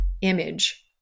image